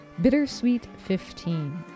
BITTERSWEET15